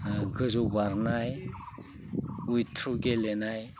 गोजौ बारनाय अवेइट थ्र' गेलेनाय